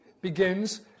begins